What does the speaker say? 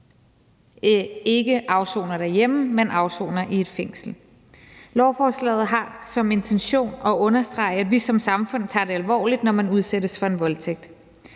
ikke afsoner derhjemme, men afsoner i et fængsel. Lovforslaget har som intention at understrege, at vi som samfund tager det alvorligt, når man udsættes for en voldtægt.